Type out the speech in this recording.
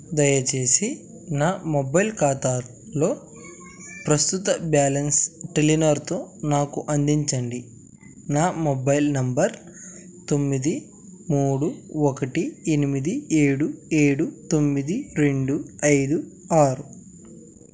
దయచేసి నా మొబైల్ ఖాతాలో ప్రస్తుత బ్యాలెన్స్ టెలినార్తో నాకు అందించండి నా మొబైల్ నెంబర్ తొమ్మిది మూడు ఒకటి ఎనిమిది ఏడు ఏడు తొమ్మిది రెండు ఐదు ఆరు